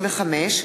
135),